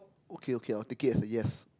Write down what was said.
okay okay I will take it as a yes